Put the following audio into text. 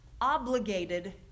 obligated